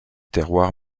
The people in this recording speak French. terroir